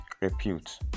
repute